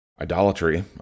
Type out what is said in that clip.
idolatry